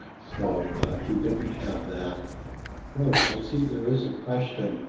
so he didn't have that approach. i see there is a question.